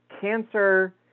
cancer